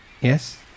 Yes